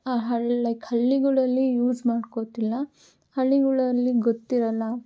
ಹಳ್ಳಿ ಲೈಕ್ ಹಳ್ಳಿಗಳಲ್ಲಿ ಯೂಸ್ ಮಾಡ್ಕೊಳ್ತಿಲ್ಲ ಹಳ್ಳಿಗಳಲ್ಲಿ ಗೊತ್ತಿರೋಲ್ಲ